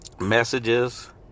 messages